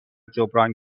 جبران